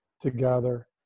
together